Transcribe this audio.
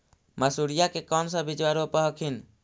मसुरिया के कौन सा बिजबा रोप हखिन?